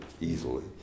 easily